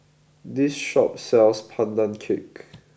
this shop sells Pandan Cake